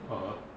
(uh huh)